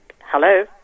Hello